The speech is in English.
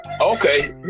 okay